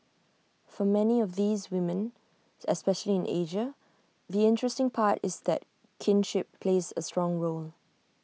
for many of these women especially in Asia the interesting part is that kinship plays A strong role